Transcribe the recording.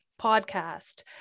podcast